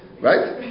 Right